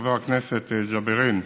חבר הכנסת ג'בארין,